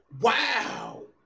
Wow